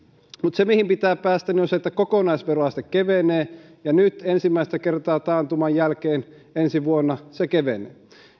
se mihin pitää päästä on se että kokonaisveroaste kevenee ja nyt ensimmäistä kertaa taantuman jälkeen ensi vuonna se kevenee